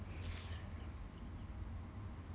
(Z<